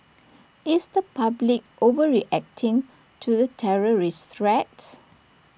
is the public overreacting to the terrorist threat